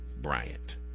Bryant